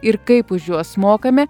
ir kaip už juos mokame